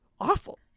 awful